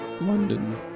London